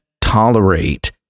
tolerate